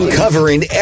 covering